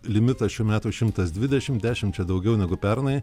limitas šių metų šimtas dvidešimt dešimčia daugiau negu pernai